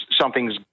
something's